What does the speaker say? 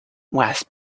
was